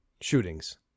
shootings